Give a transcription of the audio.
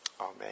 Amen